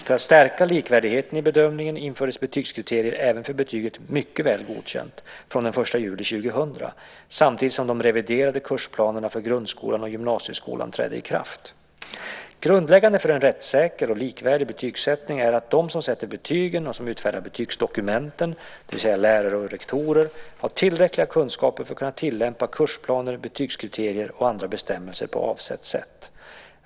För att stärka likvärdigheten i bedömningen infördes betygskriterier även för betyget Mycket väl godkänd från den 1 juli 2000 samtidigt som de reviderade kursplanerna för grundskolan och gymnasieskolan trädde i kraft. Grundläggande för en rättssäker och likvärdig betygssättning är att de som sätter betygen och som utfärdar betygsdokumenten, det vill säga lärare och rektorer, har tillräckliga kunskaper för att kunna tillämpa kursplaner, betygskriterier och andra bestämmelser på avsett sätt.